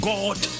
God